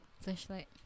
Flashlight